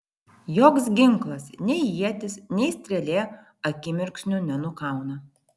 joks ginklas nei ietis nei strėlė akimirksniu nenukauna